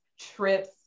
trips